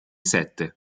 sette